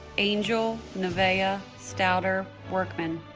angel nevaeh ah stouter-workman